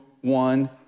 one